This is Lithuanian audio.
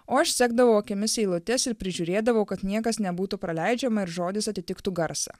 o aš sekdavau akimis eilutes ir prižiūrėdavau kad niekas nebūtų praleidžiama ir žodis atitiktų garsą